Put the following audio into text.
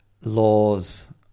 laws